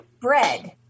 bread